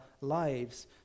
lives